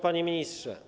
Panie Ministrze!